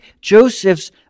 Joseph's